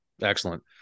Excellent